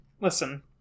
listen